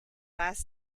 last